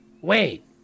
wait